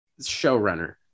showrunner